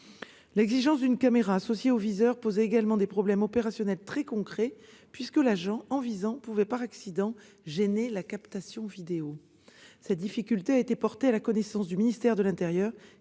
L'exigence d'une caméra associée au viseur posait également des problèmes opérationnels très concrets, puisque l'agent pouvait, par accident, gêner la captation vidéo en visant. Cette difficulté a été portée à la connaissance du ministère de l'intérieur,